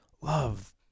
love